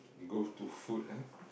go to food ah